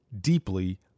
deeply